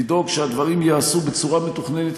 לדאוג שהדברים ייעשו בצורה מתוכננת,